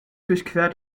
durchquert